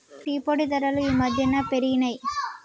tea పొడి ధరలు ఈ మధ్యన పెరిగినయ్